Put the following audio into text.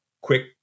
quick